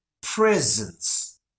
presence